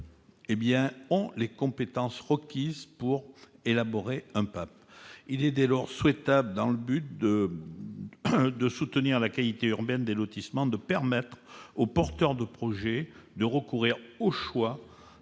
les compétences requises pour élaborer un PAPE. Il est dès lors souhaitable, afin de promouvoir la qualité urbaine des lotissements, de permettre aux porteurs de projet de recourir, au choix,